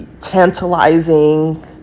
tantalizing